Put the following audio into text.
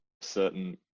certain